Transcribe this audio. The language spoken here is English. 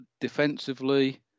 defensively